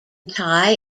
thai